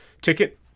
ticket